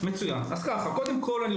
אז קודם כל,